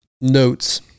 notes